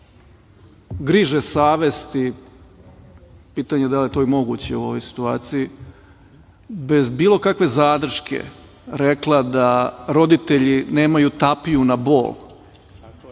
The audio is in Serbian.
griže savesti, pitam da li je moguće u ovoj situaciji bez bilo kakve zadrške rekla da roditelji nemaju tapiju na bol